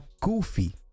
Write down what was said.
goofy